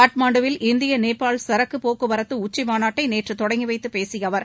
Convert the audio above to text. காட்மாண்டுவில் இந்திய நேபாள் சரக்கு போக்குவரத்து உச்சிமாநாட்டை நேற்று தொடங்கி வைத்து பேசிய அவர்